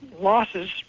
losses